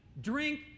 drink